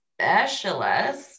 specialist